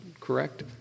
correct